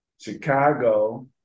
Chicago